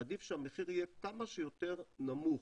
עדיף שהמחיר יהיה כמה שיותר נמוך,